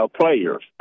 players